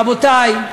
רבותי,